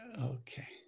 okay